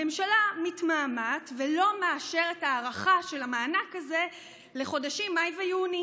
הממשלה מתמהמהת ולא מאשרת הארכה של המענק הזה לחודשים מאי ויוני,